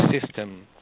system